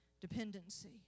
dependency